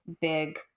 big